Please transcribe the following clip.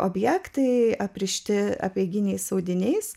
objektai aprišti apeiginiais audiniais